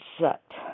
sucked